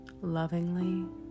lovingly